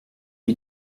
lui